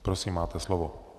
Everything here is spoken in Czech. Prosím, máte slovo.